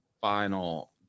final